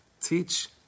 teach